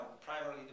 primarily